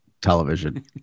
television